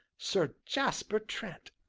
sir jasper trent!